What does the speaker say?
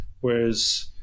whereas